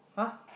!huh!